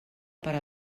per